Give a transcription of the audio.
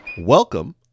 Welcome